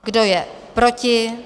Kdo je proti?